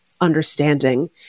understanding